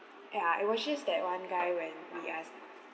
ya it was just that one guy when he asked